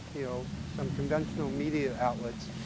you know, some conventional media outlets,